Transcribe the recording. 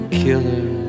killer